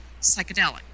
psychedelic